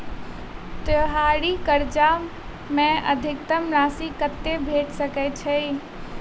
त्योहारी कर्जा मे अधिकतम राशि कत्ते भेट सकय छई?